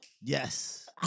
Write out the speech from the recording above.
Yes